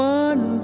one